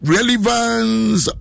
Relevance